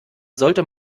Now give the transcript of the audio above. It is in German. sollte